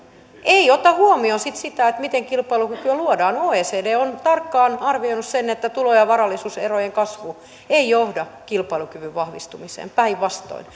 ei ota huomioon sitten sitä miten kilpailukykyä luodaan oecd on tarkkaan arvioinut sen että tulo ja varallisuuserojen kasvu ei johda kilpailukyvyn vahvistumiseen päinvastoin